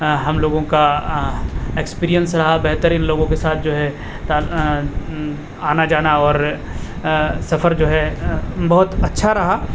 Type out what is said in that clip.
ہم لوگوں کا ایکسپریئنس رہا بہترین لوگوں کے ساتھ جو ہے آنا جانا اور سفر جو ہے بہت اچھا رہا